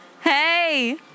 hey